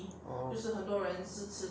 orh